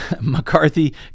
McCarthy